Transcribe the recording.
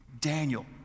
Daniel